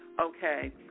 okay